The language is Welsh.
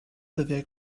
dyddiau